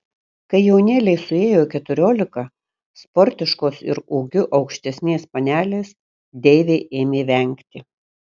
kai jaunėlei suėjo keturiolika sportiškos ir ūgiu aukštesnės panelės deivė ėmė vengti